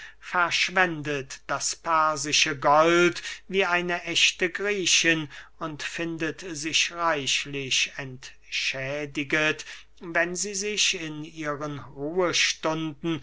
verschwendet das persische gold wie eine ächte griechin und findet sich reichlich entschädiget wenn sie sich in ihren ruhestunden